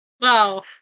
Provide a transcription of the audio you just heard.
Wow